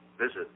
visit